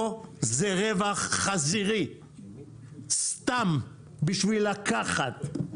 פה זה רווח חזירי, סתם, בשביל לקחת.